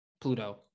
Pluto